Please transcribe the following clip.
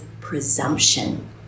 presumption